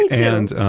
and um,